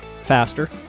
faster